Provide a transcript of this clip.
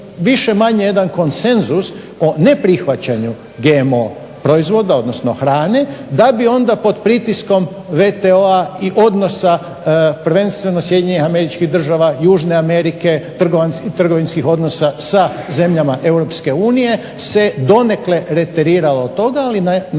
više-manje jedan konsenzus o neprihvaćanju GMO proizvoda, odnosno hrane, da bi onda pod pritiskom WTO-a i odnosa prvenstveno SAD-a, Južne Amerike, trgovinskih odnosa sa zemljama EU se donekle reteriralo od toga ali naglašavam